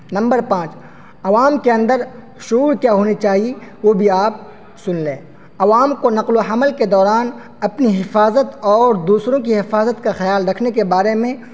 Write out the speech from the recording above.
number پانچ عوام کے اندر شعور کیا ہونی چاہیے وہ بھی آپ سن لیں عوام کو نقل و حمل کے دوران اپنی حفاظت اور دوسروں کی حفاظت کا خیال رکھنے کے بارے میں